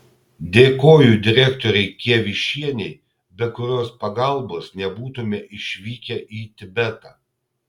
dėkoju direktorei kievišienei be kurios pagalbos nebūtume išvykę į tibetą